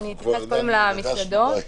אני אתייחס למסעדות.